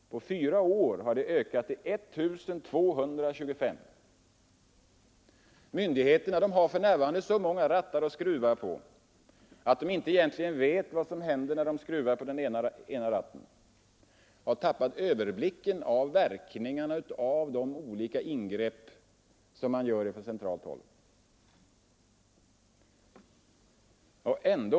På fyra år har de ökat till 1 225. Myndigheterna har för närvarande så många rattar att skruva på att de inte egentligen vet vad som händer när man skruvar på den ena eller den andra ratten. Man har tappat överblicken över verkningarna av de olika ingrepp som man gör från centralt håll.